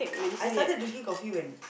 I started drinking coffee when